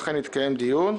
אכן, התקיים דיון.